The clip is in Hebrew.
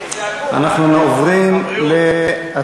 כי זה, אנחנו עוברים, לבריאות.